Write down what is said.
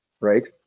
Right